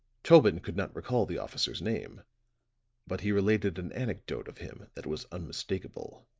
tobin could not recall the officer's name but he related an anecdote of him that was unmistakable.